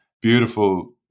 beautiful